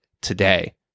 today